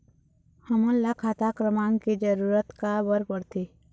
हमन ला खाता क्रमांक के जरूरत का बर पड़थे?